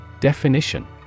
Definition